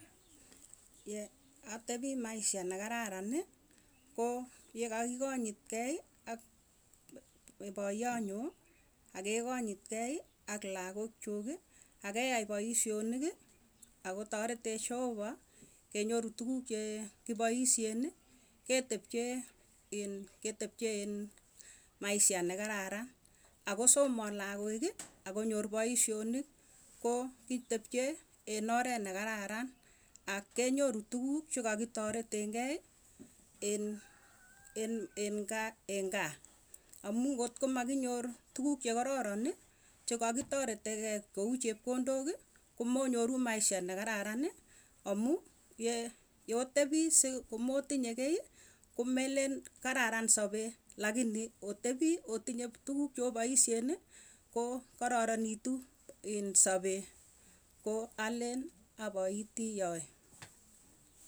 Yeatepii maisha nekararani koo yekakikanyitkei ak poiyoo nyuu akekanyitkei ak lakook chuki akeai paisyoniki, akotaretech jehova kenyoru tukuk che kipoisyeni ketepchee iin ketepche iin, maisha nekararan ako soman lakooki akonyor paiyoniki. Koo kitepche en oret nekararan ak kenyoru tukuk chekakitoretenkei, en en en gaa engaa, amuu ngotko makinyor tukuk chekararoni chekakitoretekei kou chepkondoki komonyoruu maisha nekararani amuu ye yotepii, si komotinye kiiyi komelen kararan sapee lakini otepii otinye tukuuk cho paisyeeni ko kararanitu iin sapee ko alen apoitii yoe.